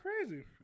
crazy